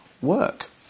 work